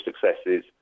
successes